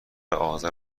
آزار